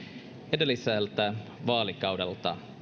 edellisellä vaalikaudella